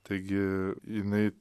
taigi jinai